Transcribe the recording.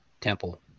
temple